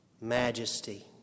majesty